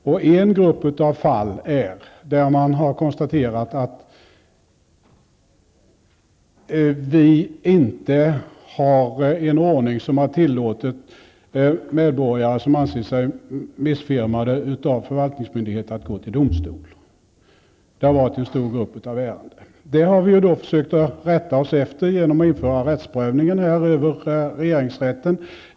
I en stor grupp av ärenden har man konstaterat att vi inte har en ordning som har tillåtit medborgare som anser sig missfirmade av förvaltningsmyndighet att gå till domstol. Vi har då försökt rätta oss efter konventionen genom att införa rättsprövningen över regeringsrätten.